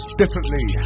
differently